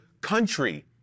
country